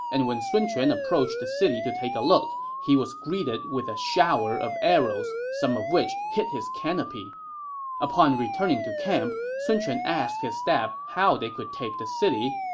and when sun quan approached the city to take a look, he was greeted with a shower of arrows, some of which hit his canopy upon returning to camp, sun quan asked his staff how they could take the city.